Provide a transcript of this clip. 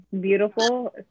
beautiful